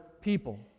people